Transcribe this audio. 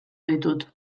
ditut